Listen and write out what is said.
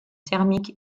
thermique